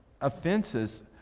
offenses